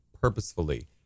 purposefully